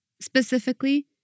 Specifically